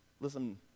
Listen